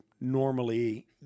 normally